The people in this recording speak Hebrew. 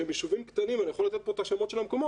ביישובים קטנים אני יכול לתת פה את שמות המקומות